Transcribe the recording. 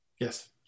Yes